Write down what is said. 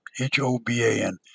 H-O-B-A-N